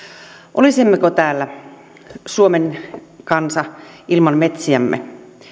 olisimmeko täällä suomen kansa ilman metsiämme